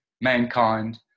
mankind